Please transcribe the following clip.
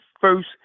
first